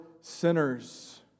sinners